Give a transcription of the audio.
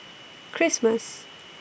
Christmas